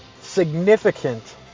significant